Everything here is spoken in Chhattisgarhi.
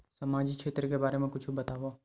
सामाजिक क्षेत्र के बारे मा कुछु बतावव?